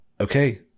okay